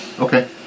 Okay